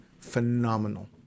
phenomenal